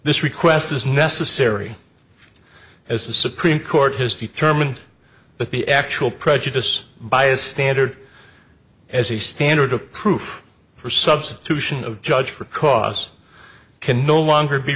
this request is necessary as the supreme court has determined that the actual prejudiced by a standard as a standard of proof for substitution of judge for cause can no longer be